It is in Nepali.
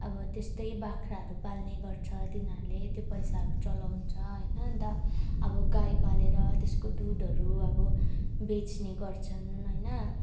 अब त्यस्तै बाख्राहरू पाल्ने गर्छ तिनीहरूले त्यो पैसाहरू चलाउँछ होइन अन्त अब गाई पालेर त्यसको दुधहरू अब बेच्ने गर्छन् होइन